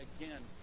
again